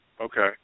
Okay